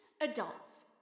adults